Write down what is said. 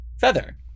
Feather